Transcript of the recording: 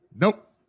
Nope